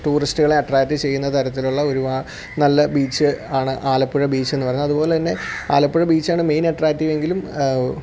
ടൂറിസ്റ്റുകളെ അട്ട്രാക്ട് ചെയ്യുന്ന തരത്തിലുള്ള ഒരുപാട് നല്ല ബീച്ച് ആണ് ആലപ്പുഴ ബീച്ചെന്ന് പറയുന്നത് അത്പോലെ തന്നെ ആലപ്പുഴ ബീച്ചാണ് മെയിൻ അട്രാക്റ്റീവ് എങ്കിലും